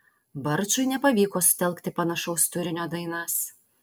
barčui nepavyko sutelkti panašaus turinio dainas